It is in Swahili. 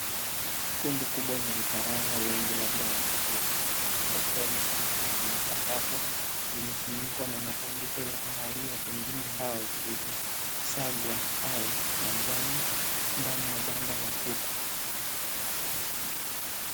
Kundi kubwa la vifaranga wengi labda wa kuku wa nyama wakiwa wametawanyika kwenye sakafu iliyofunikwa na matandiko ya kahawia pengine mbao zilizosagwa au majani ndani ya banda la kuku.